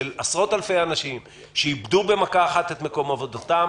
של עשרות אלפי אנשים שאיבדו במכה אחת את מקום עבודתם,